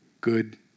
Good